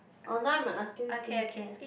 oh now I'm asking skincare